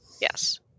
Yes